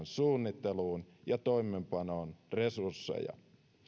suunnitteluun ja toimeenpanoon resursseja